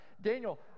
Daniel